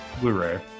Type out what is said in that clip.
Blu-ray